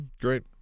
great